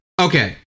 Okay